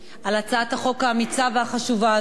על הצעת החוק האמיצה והחשובה הזאת.